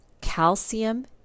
calcium